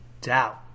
doubt